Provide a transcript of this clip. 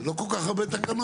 לא כל כך הרבה תקנות.